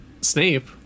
Snape